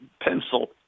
pencil